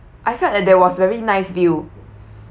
I felt that there was very nice view